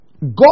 God